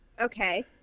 Okay